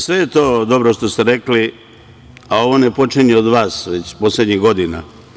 Sve je to dobro što ste rekli, a ovo ne počinje od vas, već poslednjih godina.